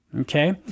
Okay